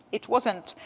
it wasn't,